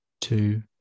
two